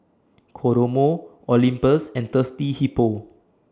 Kodomo Olympus and Thirsty Hippo